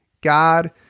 God